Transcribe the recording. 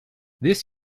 this